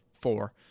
four